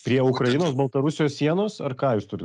prie ukrainos baltarusijos sienos ar ką jūs turi